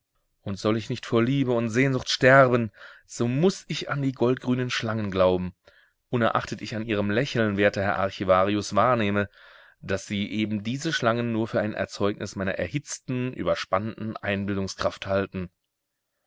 und soll ich nicht vor liebe und sehnsucht sterben so muß ich an die goldgrünen schlangen glauben unerachtet ich an ihrem lächeln werter herr archivarius wahrnehme daß sie eben diese schlangen nur für ein erzeugnis meiner erhitzten überspannten einbildungskraft halten